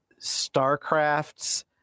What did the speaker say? Starcraft's